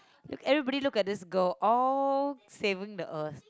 look everybody look at this girl all saving the earth